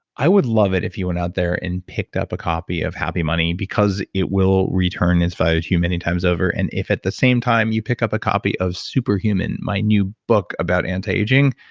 i would love it if you went out there and picked up a copy of happy money, because it will return its value to you many times over. and if at the same time you pick up a copy of superhuman, my new book about anti-aging,